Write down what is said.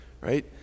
right